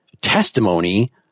testimony